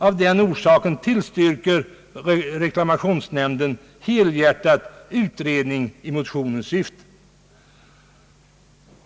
Av den orsaken tillstyrker reklamationsnämnden helhjärtat utredning i motionens syfte.